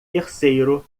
terceiro